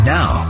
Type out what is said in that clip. Now